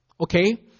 Okay